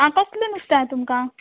आं कसलें नुस्तें जाय तुमकां